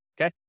okay